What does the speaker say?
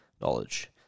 knowledge